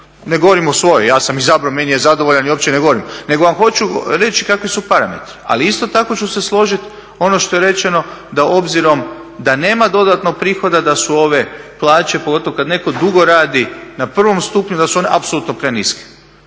Ne govorim o svojoj, ja sam izabrao. Meni je zadovoljan i uopće ne govorim, nego vam hoću reći kakvi su parametri. Ali isto tako ću se složiti ono što je rečeno da obzirom da nema dodatnog prihoda da su ove plaće, pogotovo kad netko dugo radi na prvom stupnju da su one apsolutno preniske.